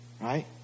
Right